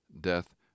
death